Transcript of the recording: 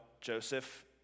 Joseph